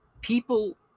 People